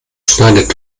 schneidet